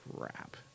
Crap